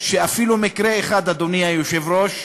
מקרה אחד, אדוני היושב-ראש,